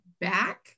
back